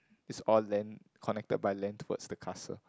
it's all land connected by land towards the castle